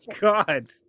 God